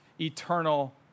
eternal